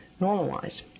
normalize